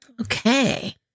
Okay